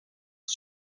het